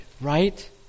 right